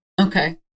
Okay